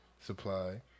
supply